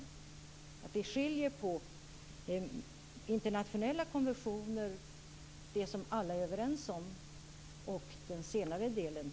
Tycker hon att det är skillnad mellan internationella konventioner och det som alla är överens om och det jag nämnde sist?